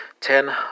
Ten